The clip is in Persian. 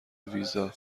ویزا